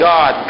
God